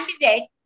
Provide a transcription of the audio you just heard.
candidate